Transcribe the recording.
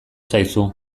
zaizu